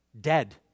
dead